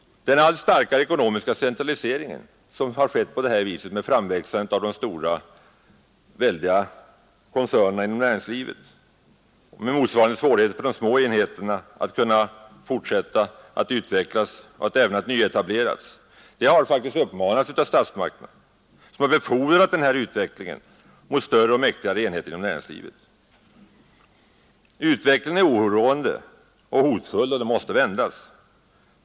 Den allt starkare ekonomiska centralisering som skett på detta vis med framväxandet av de stora koncernerna inom näringslivet, med motsvarande svårigheter för de små enheterna att kunna fortsätta att utvecklas och även att nyetableras, har faktiskt uppammats av statsmakterna. Man har befordrat utvecklingen mot större och mäktigare enheter inom näringslivet. Utvecklingen är oroande och hotfull, och den måste vändas.